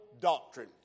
doctrine